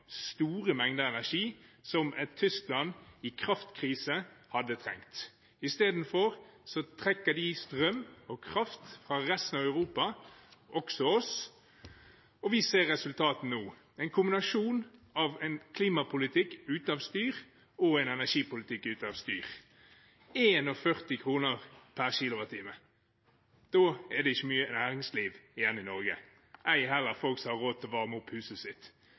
store mengder energi som et Tyskland i kraftkrise hadde trengt. Istedenfor trekker de strøm og kraft fra resten av Europa, også oss, og vi ser resultatet nå, en kombinasjon av en klimapolitikk ute av styr og en energipolitikk ute av styr. 41 kr per kWh – da er det ikke mye næringsliv igjen i Norge, ei heller folk som har råd til å varme opp huset sitt.